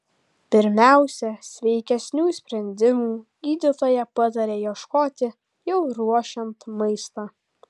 pirmiausia sveikesnių sprendimų gydytoja pataria ieškoti jau ruošiant maistą